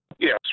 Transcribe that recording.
Yes